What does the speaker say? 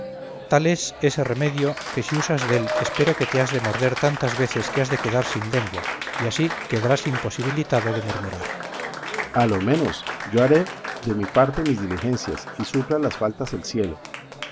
tal es ese remedio que si usas dél espero que te has de morder tantas veces que has de quedar sin lengua y así quedarás imposibilitado de murmurar berganza a lo menos yo haré de mi parte mis diligencias y supla las faltas el cielo